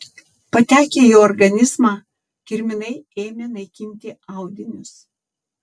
patekę į organizmą kirminai ėmė naikinti audinius